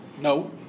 No